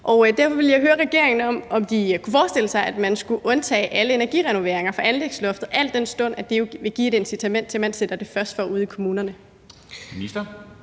Derfor vil jeg høre, om regeringen kunne forestille sig, at man skulle undtage alle energirenoveringer fra anlægsloftet, al den stund at det jo vil give et incitament til, at man sætter det først på ude i kommunerne.